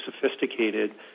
sophisticated